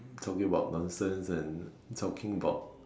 talking about nonsense and talking about